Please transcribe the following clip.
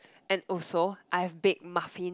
and also I have baked muffins